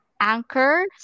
Anchor